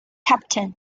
captain